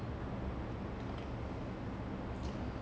like he has to outrun the other speedsters தான:thaana